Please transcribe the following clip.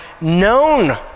known